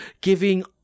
giving